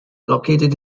located